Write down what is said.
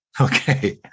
Okay